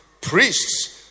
priests